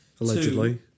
Allegedly